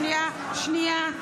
שנייה.